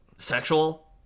sexual